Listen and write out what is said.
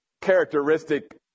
characteristic